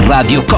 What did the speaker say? Radio